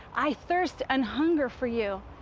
i thirst and hunger for you.